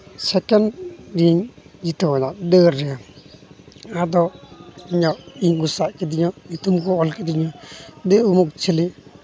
second ᱨᱮᱧ ᱡᱤᱛᱟᱹᱣ ᱮᱱᱟ ᱫᱟᱹᱲᱨᱮ ᱟᱫᱚ ᱤᱧᱟᱹᱜ ᱤᱧ ᱠᱚ ᱥᱟᱵ ᱠᱤᱫᱤᱧᱟ ᱧᱩᱛᱩᱢ ᱠᱚ ᱚᱞ ᱠᱤᱫᱤᱧᱟ ᱡᱮ ᱩᱢᱩᱠ ᱪᱷᱮᱞᱮ